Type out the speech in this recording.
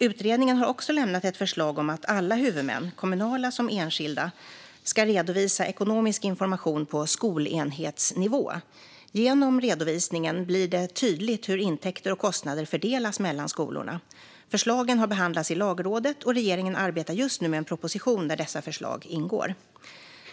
Utredningen har också lämnat ett förslag om att alla huvudmän, kommunala som enskilda, ska redovisa ekonomisk information på skolenhetsnivå. Genom redovisningen blir det tydligt hur intäkter och kostnader fördelas mellan skolorna. Förslagen har behandlats i Lagrådet, och regeringen arbetar just nu med en proposition där dessa förslag ingår.